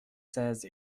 seize